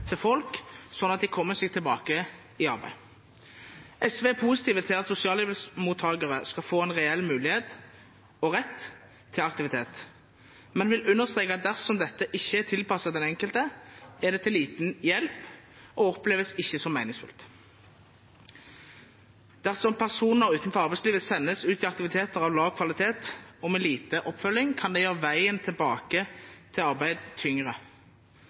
til folk, slik at de kommer seg tilbake i arbeid. SV er positiv til at sosialhjelpsmottakere skal få en reell mulighet og rett til aktivitet, men vil understreke at dersom dette ikke er tilpasset den enkelte, er det til liten hjelp og oppleves ikke som meningsfylt. Dersom personer utenfor arbeidslivet sendes ut i aktiviteter av lav kvalitet og med lite oppfølging, kan det gjøre veien tilbake til arbeid tyngre.